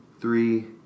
Three